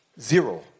Zero